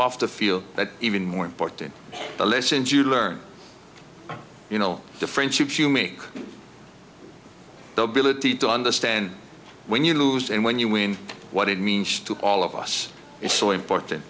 off the field that even more important the lessons you learn you know the friendships you make the ability to understand when you lose and when you win what it means to all of us it's so important